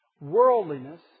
worldliness